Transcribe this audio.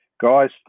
guys